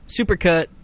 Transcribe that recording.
Supercut